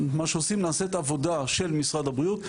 נעשית עבודה של משרד הבריאות,